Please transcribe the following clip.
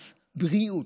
מס בריאות,